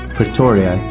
Pretoria